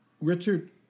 Richard